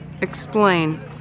Explain